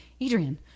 Adrian